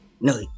No